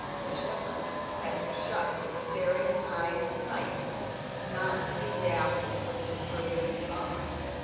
the shepherd had to shut his staring eyes tight not to be dazzled with the brilliant pond,